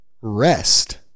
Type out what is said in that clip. rest